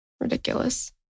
Ridiculous